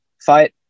fight